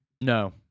No